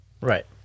Right